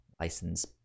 license